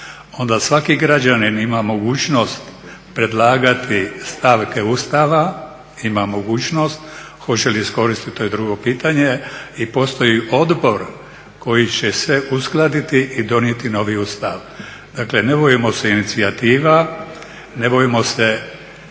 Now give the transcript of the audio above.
svaki građanin ima mogućnost predlagati stavke Ustava, ima mogućnost hoće li iskoristiti to je drugo pitanje. I postoji odbor koji će sve uskladiti i donijeti novi Ustav. Dakle, ne bojmo se inicijativa, ne bojmo se